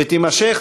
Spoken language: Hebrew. ותימשך